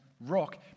Rock